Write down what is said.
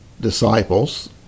disciples